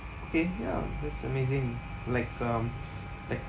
okay ya that's amazing like um like